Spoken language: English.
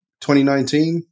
2019